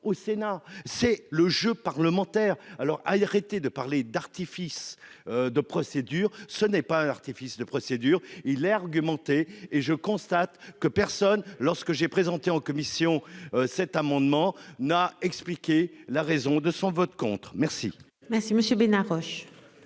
au Sénat. C'est le jeu parlementaire, alors arrêtez de parler d'artifices. De procédure. Ce n'est pas un artifice de procédure il est argumenté et je constate que personne lorsque j'ai présenté en commission cet amendement n'a expliqué la raison de son vote contre. Merci. Merci Monsieur Bénard Roche.